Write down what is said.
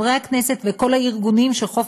לחברת הכנסת מיכל רוזין,